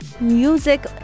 music